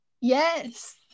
Yes